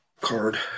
card